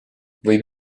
võib